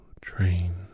train